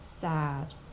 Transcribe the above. sad